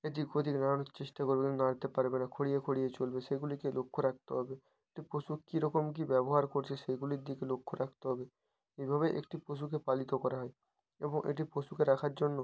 এদিক ওদিক নাড়ানোর চেষ্টা করবে কিন্তু নাড়তে পারবে না খুঁড়িয়ে খুঁড়িয়ে চলবে সেগুলিকে লক্ষ্য রাখতে হবে তো পশু কীরকম কী ব্যবহার করছে সেগুলির দিকে লক্ষ্য রাখতে হবে এইভাবে একটি পশুকে পালিত করা হয় এবং এটি পশুকে রাখার জন্য